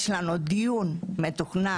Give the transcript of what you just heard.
יש לנו דיון מתוכנן.